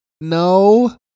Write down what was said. No